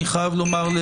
אני חייב לומר,